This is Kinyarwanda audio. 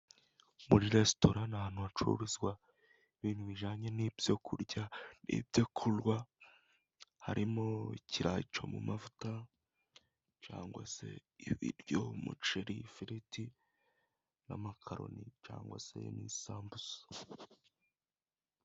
Muri resitora ni ahantu hacuruzwa ibintu bijyanye n'ibyo kurya, ibyo kunywa harimo ikirayi cyo mu mavuta cyangwa se ibiryo, umuceri, firiti n'amakaroni cyangwa se n'isambusa.